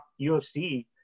UFC